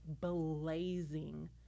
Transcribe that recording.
blazing